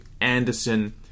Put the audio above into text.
Anderson